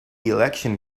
election